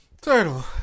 Turtle